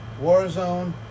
Warzone